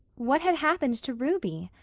what had happened to ruby?